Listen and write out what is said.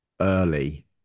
early